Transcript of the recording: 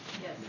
Yes